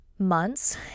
months